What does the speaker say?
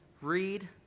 read